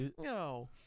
No